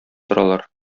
торалар